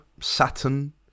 Saturn